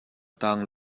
tang